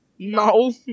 No